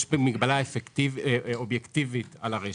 יש מגבלה אובייקטיבית על הרשת.